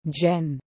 Jen